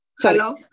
Hello